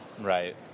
Right